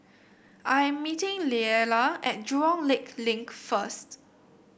I am meeting Leala at Jurong Lake Link first